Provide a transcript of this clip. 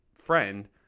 friend